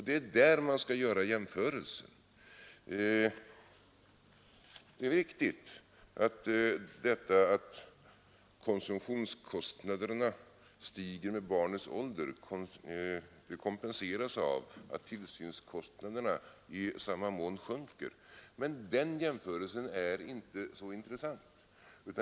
Det är där man skall göra jämförelsen. Det är riktigt att konsumtionskostnaderna stiger med barnens ålder men att det kompenseras av att tillsynskostnaderna sjunker i samma mån, men den jämförelsen är inte så intressant.